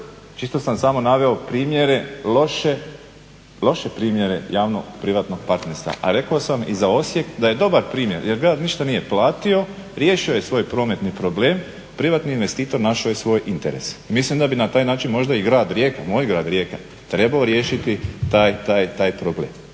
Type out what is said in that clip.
čisto sam samo naveo primjere loše primjere javnog privatnog partnerstva, a rekao sam i za Osijek da je dobar primjer. Jer grad ništa nije platio. Riješio je svoj prometni problem. Privatni investitor našao je svoj interes. I mislim da bi na taj način možda i grad Rijeka, moj grad Rijeka trebao riješiti taj problem.